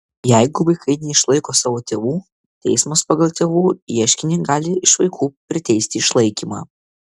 jeigu vaikai neišlaiko savo tėvų teismas pagal tėvų ieškinį gali iš vaikų priteisti išlaikymą